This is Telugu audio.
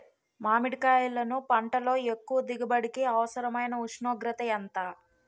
మామిడికాయలును పంటలో ఎక్కువ దిగుబడికి అవసరమైన ఉష్ణోగ్రత ఎంత?